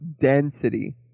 density